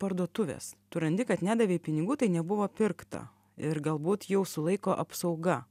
parduotuvės tu randi kad nedavei pinigų tai nebuvo pirkta ir galbūt jau sulaiko apsauga